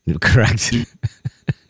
Correct